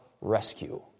rescue